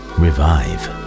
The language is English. revive